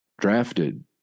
drafted